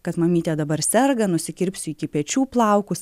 kad mamytė dabar serga nusikirpsiu iki pečių plaukus